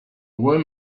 where